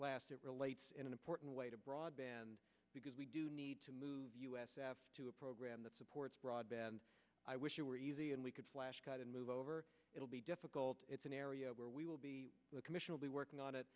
last it relates in an important way to broadband because we do need to move to a program that supports broadband i wish it were easy and we could move over it'll be difficult it's an area where we will be the commission will be working on it